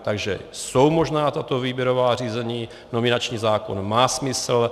Takže jsou možná tato výběrová řízení, nominační zákon má smysl.